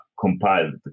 compiled